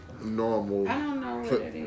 normal